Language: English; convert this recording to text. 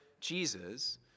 Jesus